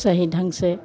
सही ढंग से